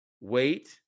Wait